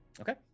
okay